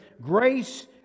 Grace